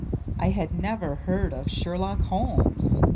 i had never heard of sherlock holmes.